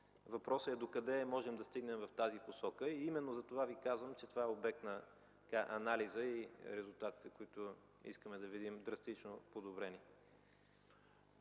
въпросът е, докъде може да стигне в тази посока, и именно затова Ви казвам, че това е обект на анализ и резултатите, които искаме да видим драстично подобрени.